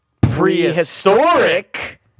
prehistoric